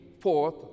forth